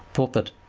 thought that,